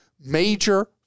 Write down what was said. major